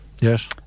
Yes